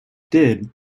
did